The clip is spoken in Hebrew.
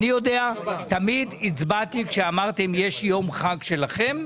אני יודע שתמיד הצבעתי איתכם כשאמרתם שיש יום חג שלכם.